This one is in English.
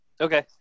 Okay